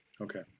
Okay